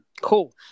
cool